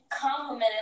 complimented